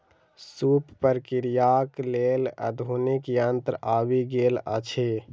सूप प्रक्रियाक लेल आधुनिक यंत्र आबि गेल अछि